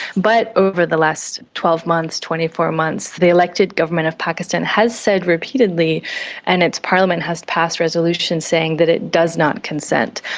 but over the last twelve months, twenty four months, the elected government of pakistan has said repeatedly and its parliament has passed resolutions saying that it does not consent.